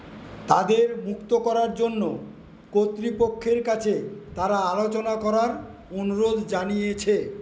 তাদের মুক্ত করার জন্য কর্তৃপক্ষের কাছে তারা আলোচনা করার অনুরোধ জানিয়েছে